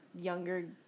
younger